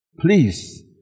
Please